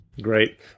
Great